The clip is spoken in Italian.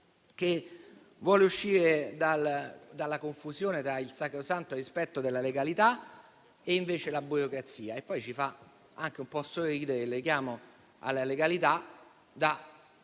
che vuole uscire dalla confusione tra il sacrosanto rispetto della legalità e la burocrazia. Ci fa anche un po' sorridere il richiamo alla legalità da